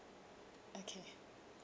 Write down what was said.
okay